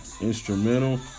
instrumental